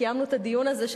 שקיימנו את הדיון הזה,